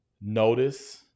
notice